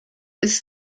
ist